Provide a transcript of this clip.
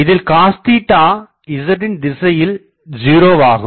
இதில்Cos z ன் திசையில் 0 ஆகும்